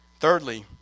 Thirdly